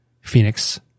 Phoenix